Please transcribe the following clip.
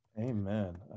Amen